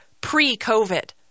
pre-COVID